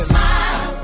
Smile